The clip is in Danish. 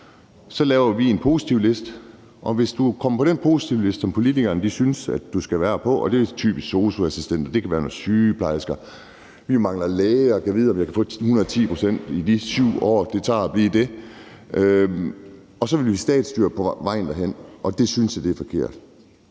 Så laver vi en positivliste, og så kan du komme på den positivliste, som politikerne synes du skal være på. Det er typisk sosu-assistent, og det kan være sygeplejerske. Vi mangler læger. Gad vide, om jeg kan få 110 pct. i de 7 år, det tager at blive det. Så vi vil statsstyre på vejen derhen, og det synes jeg er forkert.